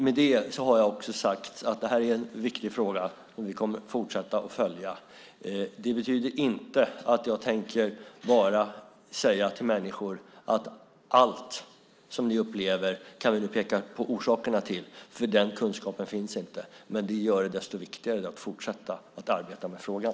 Med detta har jag också sagt att detta är en viktig fråga som vi kommer att fortsätta att följa. Det betyder inte att jag bara tänker säga till människor att vi nu kan peka på orsakerna till allt som de upplever. Den kunskapen finns inte. Men detta gör det desto viktigare att fortsätta att arbeta med frågan.